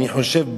אני חושב,